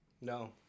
No